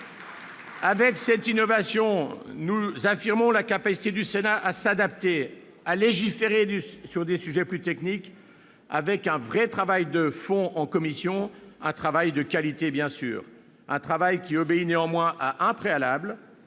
Avec cette innovation, nous affirmons la capacité du Sénat à s'adapter, à légiférer sur des sujets plus techniques, avec un vrai travail de fond en commission, un travail de qualité bien sûr. Ce travail obéit néanmoins à un préalable